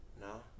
No